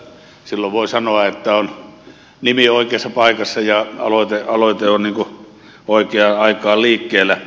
silloin voi sanoa että on nimi oikeassa paikassa ja aloite on oikeaan aikaan liikkeellä